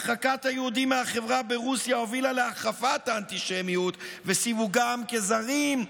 הרחקת היהודים מהחברה ברוסיה הובילה להחרפת האנטישמיות ולסיווגם כזרים,